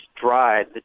dried